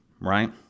right